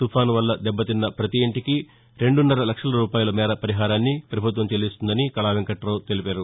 తుపానులో దెబ్బతిన్న ప్రతి ఇంటికి రెండున్నర లక్షల రూపాయల మేర పరిహారాన్ని పభుత్వం చెల్లిస్తుందని కళా వెంక్రటావు తెలిపారు